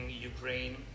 Ukraine